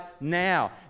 now